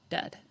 Dead